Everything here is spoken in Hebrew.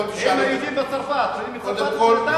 היהודים בצרפת קוראים לצרפת מדינתם,